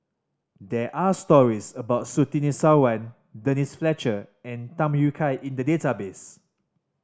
there are stories about Surtini Sarwan Denise Fletcher and Tham Yui Kai in the database